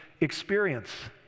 experience